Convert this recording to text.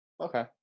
Okay